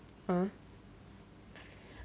ah